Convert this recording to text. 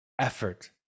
effort